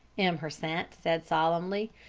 m. hersant said solemnly,